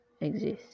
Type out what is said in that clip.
exist